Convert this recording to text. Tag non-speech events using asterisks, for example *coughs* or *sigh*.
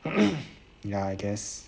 *coughs* ya I guess